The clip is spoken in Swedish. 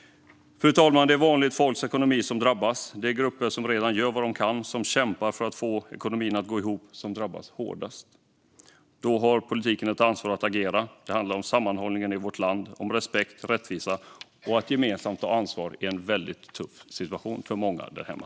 Fru talman! Det är vanligt folks ekonomi som drabbas. De grupper som redan gör vad de kan och som kämpar för att få ekonomin att gå ihop drabbas hårdast. Då har politiken ett ansvar för att agera. Det handlar om sammanhållningen i vårt land, om respekt och rättvisa och om att gemensamt ta ansvar i en väldigt tuff situation för många därhemma.